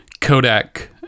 Kodak